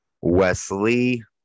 Wesley